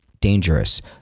dangerous